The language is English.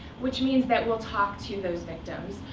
which means that we'll talk to those victims.